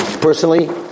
Personally